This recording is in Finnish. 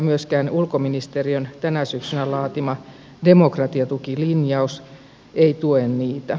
myöskään ulkoministeriön tänä syksynä laatima demokratiatukilinjaus ei tue niitä